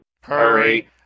hurry